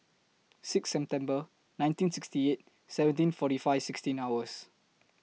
six September nineteen sixty eight seventeen forty five sixteen hours